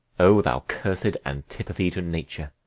o thou cursed antipathy to nature!